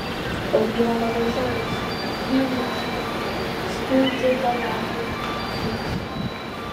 auginama daržovės vynmedžiai skiautėtalapiai fikusai